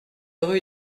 rue